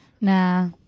Nah